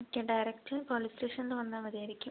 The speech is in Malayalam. ഓക്കെ ഡയറക്റ്റ് പോലീസ് സ്റ്റേഷൻൽ വന്നാൽ മതിയായിരിക്കും